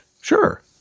sure